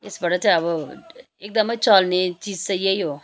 यसबाट चाहिँ अब एकदमै चल्ने चिज चाहिँ यही हो